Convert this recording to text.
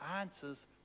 answers